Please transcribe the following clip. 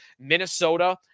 Minnesota